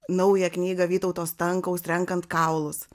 naują knygą vytauto stankaus renkant kaulus